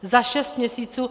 Za šest měsíců.